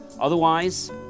Otherwise